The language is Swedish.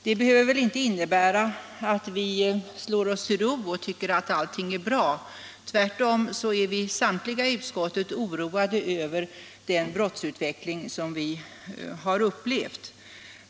Det behöver emellertid inte innebära att vi slår oss till ro och tycker att allting är bra; tvärtom är vi samtidigt inom utskottet oroade över den brottsutveckling som vi har upplevt.